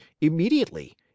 immediately